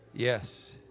Yes